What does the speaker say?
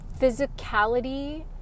physicality